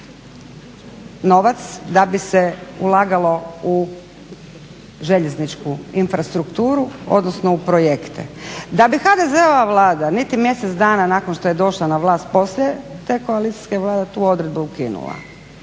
da bi se ulagalo u željezničku infrastrukturu odnosno u projekte. Da bi HDZ-ova Vlada niti mjesec dana nakon što je došla na vlast poslije te koalicijske Vlade tu odredbu ukinula.